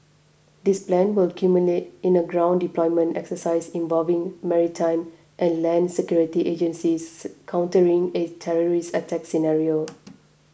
this plan will culminate in the ground deployment exercise involving maritime and land security agencies countering a terrorist attack scenario